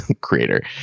creator